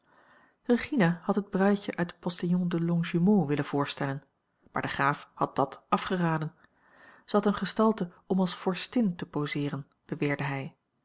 regina had het bruidje uit den postillon de longjumeau willen voorstellen maar de graaf had dat afgeraden zij had eene gestalte om als vorstin te poseeren beweerde hij